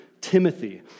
Timothy